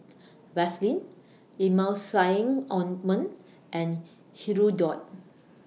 Vaselin Emulsying Ointment and Hirudoid